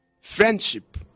friendship